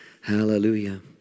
Hallelujah